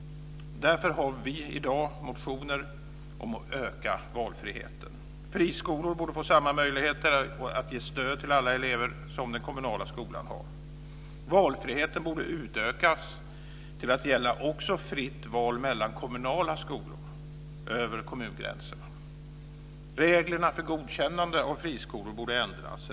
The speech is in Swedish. Därför har vi i dag motioner om att öka valfriheten. Friskolor borde få samma möjligheter att ge stöd till alla elever som den kommunala skolan har. Valfriheten borde utökas till att gälla också fritt val mellan kommunala skolor över kommungränserna. Reglerna för godkännande av friskolor borde ändras.